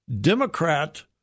Democrat